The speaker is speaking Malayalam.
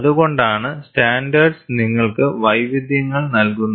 അതുകൊണ്ടാണ് സ്റ്റാൻഡേർഡ്സ് നിങ്ങൾക്ക് വൈവിധ്യങ്ങൾ നൽകുന്നത്